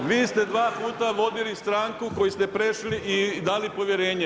238. vi ste dva puta vodili stranku koju ste prešli i dali povjerenje.